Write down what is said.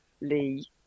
Lee